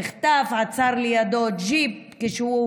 נחטף, עצר לידו ג'יפ כשהוא